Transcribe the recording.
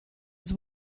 was